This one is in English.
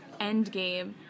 Endgame